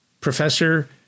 Professor